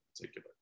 particular